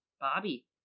Bobby